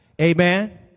Amen